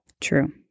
True